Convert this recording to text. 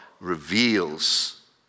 reveals